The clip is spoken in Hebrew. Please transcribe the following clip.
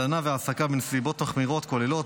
הלנה והעסקה בנסיבות מחמירות כוללות,